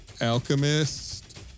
Alchemist